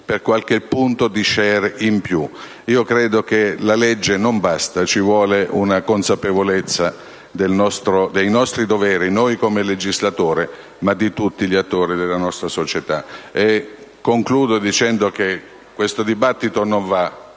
Per qualche punto di *share* in più? Credo che la legge non basti, ma occorra la consapevolezza dei nostri doveri: noi come legislatori, ma anche tutti gli attori della società. Concludo dicendo che questo dibattito, caro